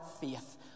faith